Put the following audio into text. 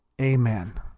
Amen